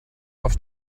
auf